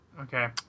Okay